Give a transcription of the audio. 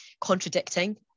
contradicting